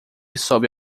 sobre